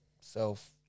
self